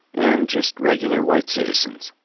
and just regular white citizens.